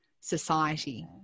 society